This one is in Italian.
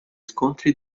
scontri